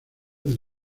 del